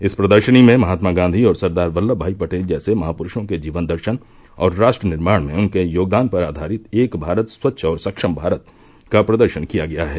इस प्रदर्शनी में महात्मा गांधी और सरदार वल्लभ भाई पटेल जैसे महापुरूषों के जीवन दर्शन और राष्ट्र निर्माण में उनके योगदान पर आघारित एक भारत स्वच्छ और सक्षम भारत का प्रदर्शन किया गया है